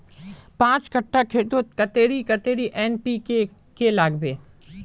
पाँच कट्ठा खेतोत कतेरी कतेरी एन.पी.के के लागबे?